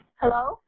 Hello